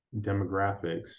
demographics